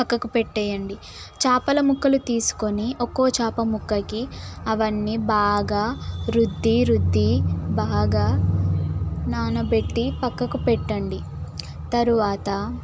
పక్కకు పెట్టేయండి చేపల మొక్కలు తీసుకొని ఒక్కో చాప ముక్కకి అవన్నీ బాగా రుద్ది రుద్ది బాగా నానబెట్టి పక్కకు పెట్టండి తరువాత